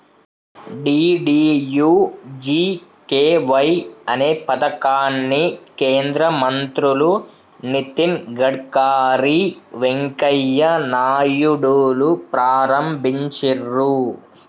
DDUGKY అనే పథకాన్ని కేంద్ర మంత్రులు నితిన్ గడ్కరీ, వెంకయ్య నాయుడులు ప్రారంభించిర్రు